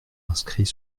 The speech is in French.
inscrit